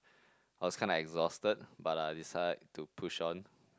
I was kind of exhausted but I decide to push on